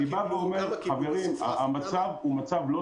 חברים, המצב לא טוב.